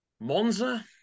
Monza